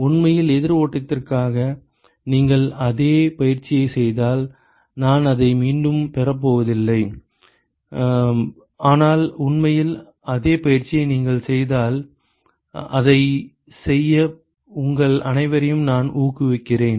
உண்மையில் எதிர் ஓட்டத்திற்காக நீங்கள் அதே பயிற்சியைச் செய்தால் நான் அதை மீண்டும் பெறப் போவதில்லை ஆனால் உண்மையில் அதே பயிற்சியை நீங்கள் செய்தால் அதைச் செய்ய உங்கள் அனைவரையும் நான் ஊக்குவிக்கிறேன்